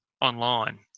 online